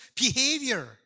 behavior